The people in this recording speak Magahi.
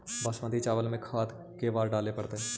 बासमती चावल में खाद के बार डाले पड़तै?